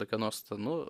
kokia nors ten nu